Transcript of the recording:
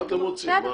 לא,